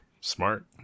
Smart